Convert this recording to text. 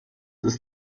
ist